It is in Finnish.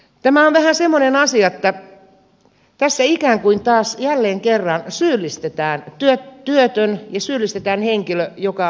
tämä on vähän semmoinen asia että tässä ikään kuin taas jälleen kerran syyllistetään työtön ja syyllistetään henkilö joka on sairas